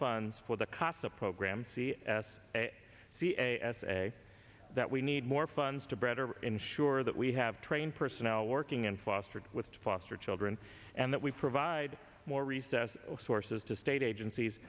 funds for the cost of program c s c a s a that we need more funds to better ensure that we have trained personnel working and fostered with foster children and that we provide more recess sources to state agencies